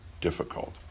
difficult